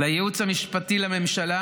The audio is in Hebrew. לייעוץ המשפטי לממשלה.